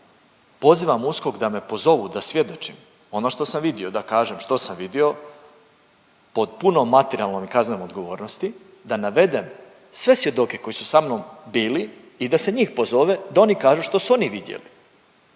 pozivam USKOK da me pozovu da svjedočim ono što sam vidio, da kažem što sam vidio pod punom materijalnom i kaznenom odgovornosti da navedem sve svjedoke koji su sa mnom bili i da se njih pozove da oni kažu što su oni vidjeli